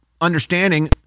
understanding